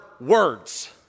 words